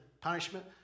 punishment